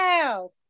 house